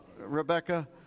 Rebecca